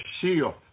shield